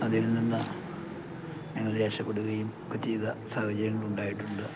അതിൽ നിന്ന് ഞങ്ങൾ രക്ഷപ്പെടുകയും ഒക്കെ ചെയ്ത സാഹചര്യങ്ങളുണ്ടായിട്ടുണ്ട്